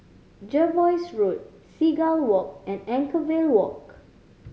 Jervois Road Seagull Walk and Anchorvale Walk